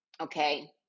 Okay